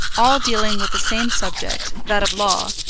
all dealing with the same subject, that of law,